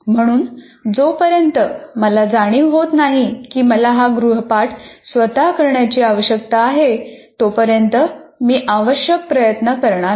म्हणून जोपर्यंत मला जाणीव होत नाही की मला हा गृहपाठ स्वतः करण्याची आवश्यकता आहे तोपर्यंत मी आवश्यक प्रयत्न करणार नाही